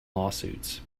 lawsuits